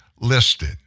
listed